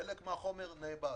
חלק מהחומר נאבד.